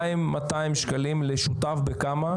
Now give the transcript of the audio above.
2,200 שקלים לשותף בכמה?